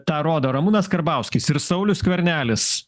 tą rodo ramūnas karbauskis ir saulius skvernelis